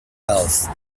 health